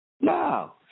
No